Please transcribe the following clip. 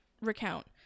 recount